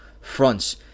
fronts